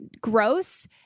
gross